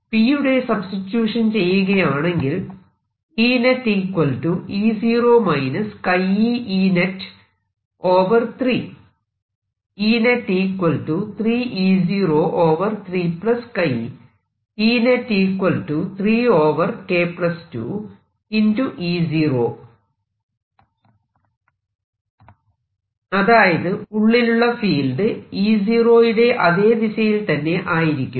P യുടെ substitution ചെയ്യുകയാണെങ്കിൽ അതായത് ഉള്ളിലുള്ള ഫീൽഡ് E0 യുടെ അതെ ദിശയിൽ തന്നെ ആയിരിക്കും